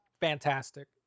fantastic